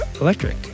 electric